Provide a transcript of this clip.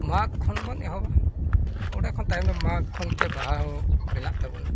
ᱢᱟᱜᱽ ᱠᱷᱚᱱ ᱵᱚᱱ ᱮᱦᱚᱵᱟ ᱚᱸᱰᱮ ᱠᱷᱚᱱ ᱛᱟᱭᱚᱢ ᱫᱚ ᱢᱟᱜᱽ ᱠᱷᱚᱱ ᱥᱮ ᱵᱟᱦᱟ ᱦᱚᱸ ᱢᱮᱱᱟᱜ ᱛᱟᱵᱚᱱᱟ